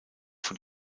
von